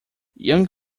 young